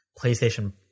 PlayStation